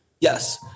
Yes